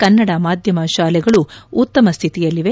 ಕನ್ನಡ ಮಾಧ್ಯಮ ಶಾಲೆಗಳು ಉತ್ತಮ ಸ್ಥಿತಿಯಲ್ಲಿವೆ